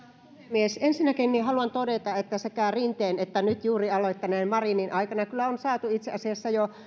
puhemies ensinnäkin haluan todeta että sekä rinteen että nyt juuri aloittaneen marinin aikana kyllä on saatu itse asiassa jo